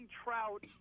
trout